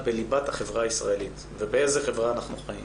בליבת החברה הישראלית ובאיזו חברה אנחנו חיים